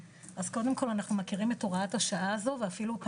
אז קודם כל אנחנו מכירים את הוראת השעה הזו ואפילו י